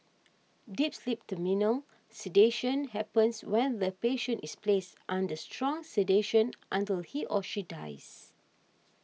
deep sleep Terminal sedation happens when the patient is placed under strong sedation until he or she dies